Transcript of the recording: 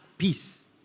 Peace